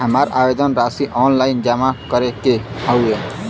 हमार आवेदन राशि ऑनलाइन जमा करे के हौ?